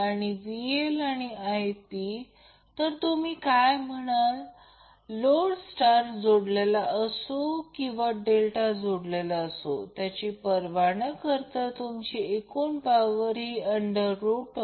आणि ही संपूर्ण गोष्ट काँज्यूगेट आहे म्हणून येथे Vp काँज्यूगेट Zp काँज्यूगेट आहे म्हणून हे Zp काँज्यूगेट आहे